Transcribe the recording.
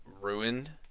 ruined